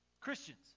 christians